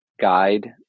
guide